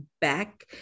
back